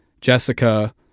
Jessica